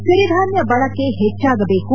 ಸಿರಿಧಾನ್ಯ ಬಳಕೆ ಹೆಚ್ಚಾಗಬೇಕು